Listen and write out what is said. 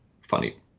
funny